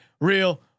Real